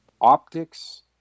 optics